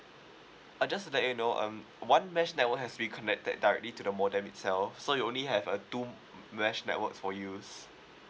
uh just to let you know um one mesh network has been connected directly to the modem itself so you only have a two mesh networks for use